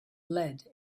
lead